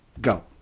go